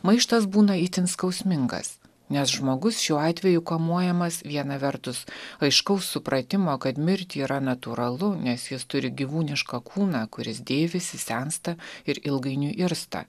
maištas būna itin skausmingas nes žmogus šiuo atveju kamuojamas viena vertus aiškaus supratimo kad mirti yra natūralu nes jos turi gyvūnišką kūną kuris dėvisi sensta ir ilgainiui irsta